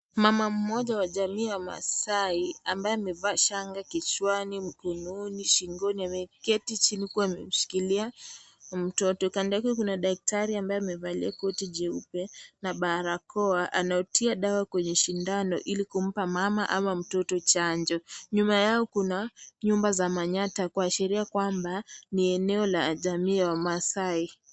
Mama mmoja wa jamii ya Wamaasai ambaye amevaa shanga kichwani, mkononi, shingoni ameketi chini huku amemshikilia mtoto. Kando yake kuna daktari ambaye amevalia koti jeupa na barakoa. Anautia dawa kwenye shindano ili kumpa mama ama mtoto chanjo. Nyuma yao kuna nyumba za manyatta kwa sheria kwamba ni eneo la jamii ya Wamaasai.